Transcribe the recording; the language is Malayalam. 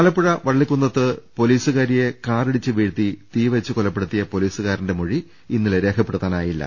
ആലപ്പുഴ വള്ളിക്കുന്നത്ത് പൊലീസുകാരിയെ കാറിടിച്ച് വീഴ്ത്തി തീവെച്ച് കൊലപ്പെടുത്തിയ പൊലീസുകാരന്റെ മൊഴി ഇന്നലെ രേഖപ്പെടുത്താനായില്ല